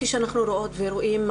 כפי שאנחנו רואות ורואים,